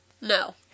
No